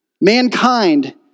Mankind